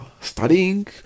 studying